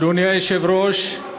אדוני היושב-ראש,